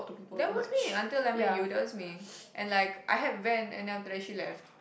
that was me until like my you that was me and like I had van and then after that she left